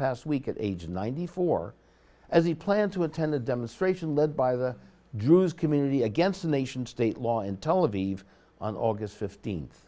past week at age ninety four as he planned to attend a demonstration led by the druze community against a nation state law in tel aviv on aug fifteenth